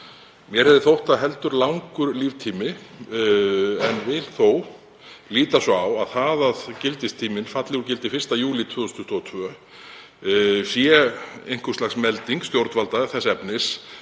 Mér hefði þótt það heldur langur líftími en vil þó líta svo á að það að gildistíminn falli úr gildi 1. júlí 2022 sé einhvers lags melding stjórnvalda þess efnis